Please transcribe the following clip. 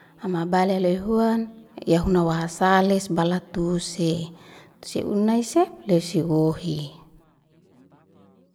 Am abale loy huan ya huna waha sales bala tuse, si huna'i sef lei wohi.